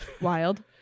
wild